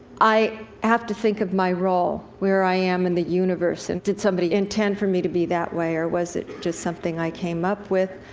i have to think of my role. where i am in the universe, and did somebody intend for me to be that way, or is it just something i came up with?